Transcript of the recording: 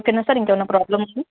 okay sir ఇంకా ఏమన్నా problems